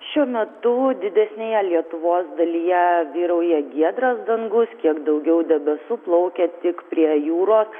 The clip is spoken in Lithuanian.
šiuo metu didesnėje lietuvos dalyje vyrauja giedras dangus kiek daugiau debesų plaukia tik prie jūros